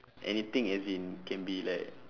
anything as in can be like